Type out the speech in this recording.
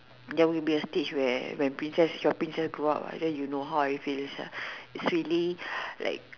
there will be a stage where where princess your princess grow up ah then you know how I feel sia it's really like